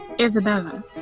Isabella